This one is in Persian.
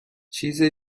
چیز